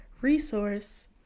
resource